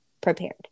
prepared